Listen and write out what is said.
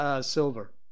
Silver